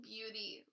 Beauty